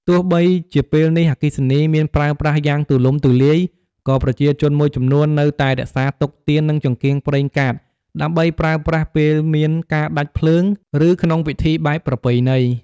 ទោះបីជាពេលនេះអគ្គិសនីមានប្រើប្រាស់យ៉ាងទូលំទូលាយ ក៏ប្រជាជនមួយចំនួននៅតែរក្សាទុកទៀន និងចង្កៀងប្រេងកាត ដើម្បីប្រើប្រាស់ពេលមានការដាច់ភ្លើង ឬក្នុងពិធីបែបប្រពៃណី ។